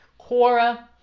Quora